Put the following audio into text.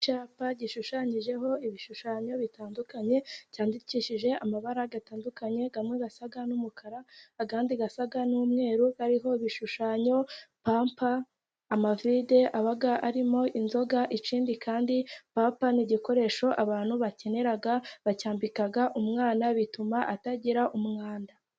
Icyapa gishushanyijeho ibishushanyo bitandukanye , cyandikishije amabara atandukanye, amwe asa n'umukara ayandi asa n'umweru, hariho ibishushanyo papa, amavide aba arimo inzoga, ikindi kandi papa n'igikoresho abantu bakenera, bacyambika umwana bituma atagira umwanda.